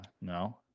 No